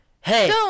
Hey